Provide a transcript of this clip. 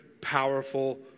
powerful